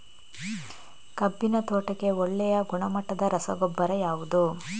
ಕಬ್ಬಿನ ತೋಟಕ್ಕೆ ಒಳ್ಳೆಯ ಗುಣಮಟ್ಟದ ರಸಗೊಬ್ಬರ ಯಾವುದು?